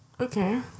Okay